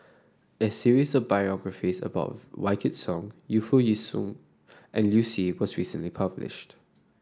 a series of biographies about Wykidd Song Yu Foo Yee Shoon and Liu Si was recently published